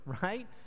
right